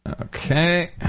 Okay